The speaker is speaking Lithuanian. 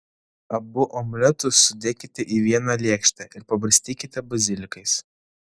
abu omletus sudėkite į vieną lėkštę ir pabarstykite bazilikais